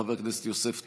חבר הכנסת יוסף טייב,